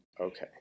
okay